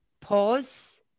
pause